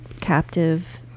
captive